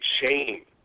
shame